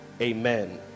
amen